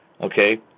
okay